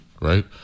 right